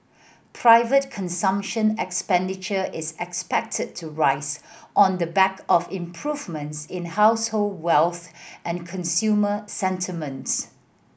private consumption expenditure is expected to rise on the back of improvements in household wealth and consumer sentiments